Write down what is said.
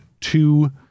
two